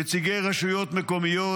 נציגי רשויות מקומיות,